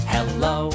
Hello